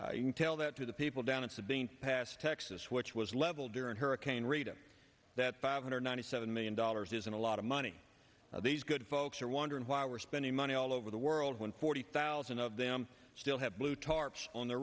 disagree you can tell that to the people down in sabine pass texas which was leveled during hurricane rita that five hundred ninety seven million dollars isn't a lot of money these good folks are wondering why we're spending money all over the world when forty thousand of them still have blue tarps on the